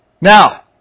Now